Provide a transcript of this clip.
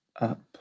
up